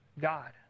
God